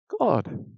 God